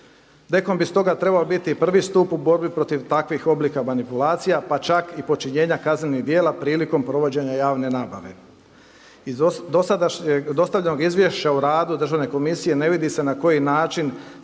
DKOM bi stoga trebao biti prvi stup u borbi protiv takvih oblika manipulacija, pa čak i počinjenja kaznenih djela prilikom provođenja javne nabave. Iz dostavljenog Izvješća o radu Državne komisije ne vidi se na koji način